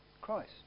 Christ